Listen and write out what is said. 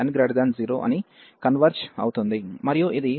మరియు ఇది 1 n≥1 ఇక్కడ అంటే n≤0